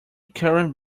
current